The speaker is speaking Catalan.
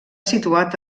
situat